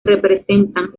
representan